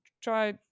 try